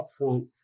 upfront